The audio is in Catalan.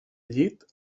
llit